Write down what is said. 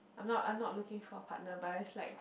I'm not I'm not looking for a partner but it's like